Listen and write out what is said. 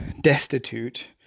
destitute